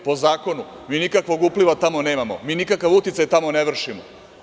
Po zakonu mi nikakvog upliva tamo nemamo, mi nikakav uticaj ne vršimo.